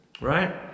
right